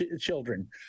children